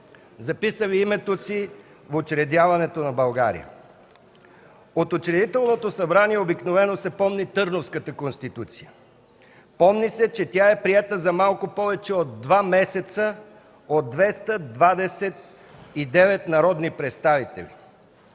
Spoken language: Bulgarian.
записали името си в учредяването на България. От Учредителното събрание обикновено се помни Търновската конституция. Помни се, че тя е приета за малко повече от два месеца от 229 народни представители.